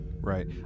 right